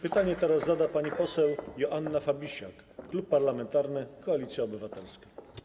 Pytanie teraz zada pani poseł Joanna Fabisiak, Klub Parlamentarny Koalicja Obywatelska.